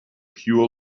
pure